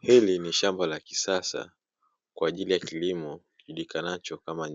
Hili ni shamba la kisasa kwa ajili ya kilimo kijulikanacho kama